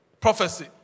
prophecy